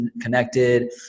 connected